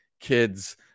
kids